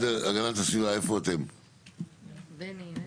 אני אשלים.